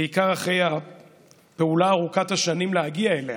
בעיקר אחרי הפעולה ארוכת השנים להגיע אליה.